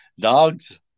dogs